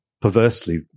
perversely